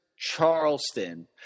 Charleston